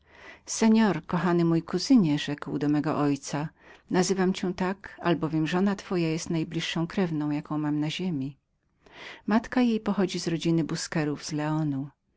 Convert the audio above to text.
seor kochany mój kuzynie rzekł do mego ojca tak cię nazywam albowiem żona twoja jest najbliższą krewną jaką mam na ziemi matka jej pochodzi z rodziny busquerów z leonu